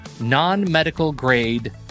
non-medical-grade